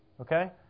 Okay